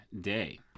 day